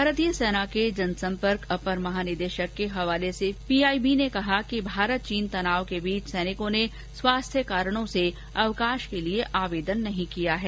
भारतीय सेना के जन संपर्क अपर महानिदेशक के हवाले से पीआईबी ने कहा है कि भारत चीन तनाव के बीच सैनिकों ने स्वास्थ्य कारणों से अवकाश के लिए आवेदन नहीं किया है